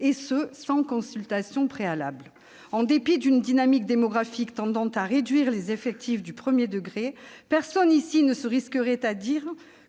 et ce sans consultation préalable. En dépit d'une dynamique démographique tendant à réduire les effectifs du premier degré, personne ici ne se risquerait à dire